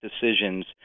decisions